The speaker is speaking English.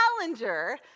challenger